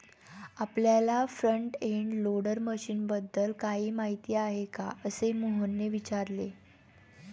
आपल्याला front end loader मशीनबद्दल काही माहिती आहे का, असे मोहनने विचारले?